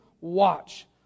watch